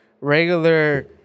regular